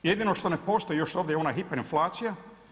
Jedino što ne postoji još ovdje je ona hiperinflacija.